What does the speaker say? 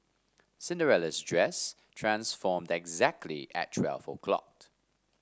Cinderella's dress transformed exactly at twelve o'clock